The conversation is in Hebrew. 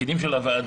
בתפקידים של הוועדה.